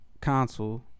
console